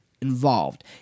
involved